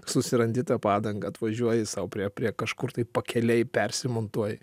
susirandi tą padangą atvažiuoji sau prie prie kažkur tai pakelėj persimontuoji